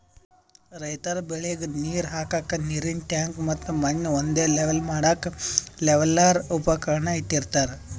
ರೈತರ್ ಬೆಳಿಗ್ ನೀರ್ ಹಾಕ್ಕಕ್ಕ್ ನೀರಿನ್ ಟ್ಯಾಂಕ್ ಮತ್ತ್ ಮಣ್ಣ್ ಒಂದೇ ಲೆವೆಲ್ ಮಾಡಕ್ಕ್ ಲೆವೆಲ್ಲರ್ ಉಪಕರಣ ಇಟ್ಟಿರತಾರ್